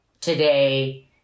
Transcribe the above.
Today